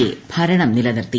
A ഭരണം നിലനിർത്തി